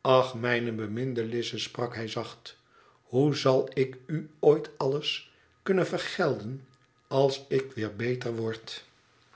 ach mijne beminde lizet sprak hij zacht hoe zal ik u ooit alles kunnen vergelden als ik weer beter word